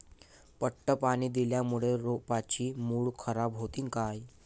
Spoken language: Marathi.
पट पाणी दिल्यामूळे रोपाची मुळ खराब होतीन काय?